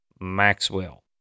Maxwell